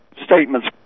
statements